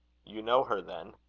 you know her, then?